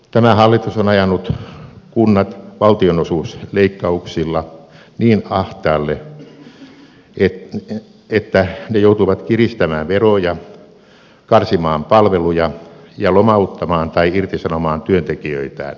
tämä hallitus on ajanut kunnat valtionosuusleikkauksilla niin ahtaalle että ne joutuvat kiristämään veroja karsimaan palveluja ja lomauttamaan tai irtisanomaan työntekijöitään